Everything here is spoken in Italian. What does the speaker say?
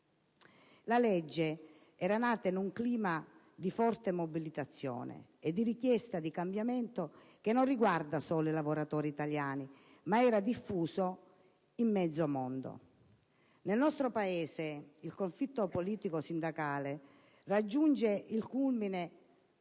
La legge era nata in un clima di forte mobilitazione e di richiesta di cambiamento che non riguardava solo i lavoratori italiani, ma era diffuso in mezzo mondo. Nel nostro Paese il conflitto politico-sindacale raggiunge il culmine